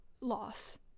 loss